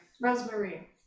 Rosemary